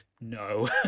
no